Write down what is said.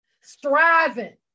striving